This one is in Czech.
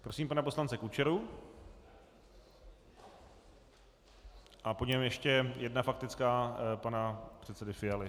Prosím pana poslance Kučeru a po něm ještě jedna faktická pana předsedy Fialy.